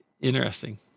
Interesting